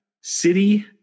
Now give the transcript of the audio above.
City